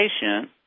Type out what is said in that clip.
patient